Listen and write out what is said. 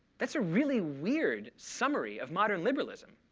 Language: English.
that's a really weird summary of modern liberalism.